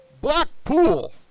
Blackpool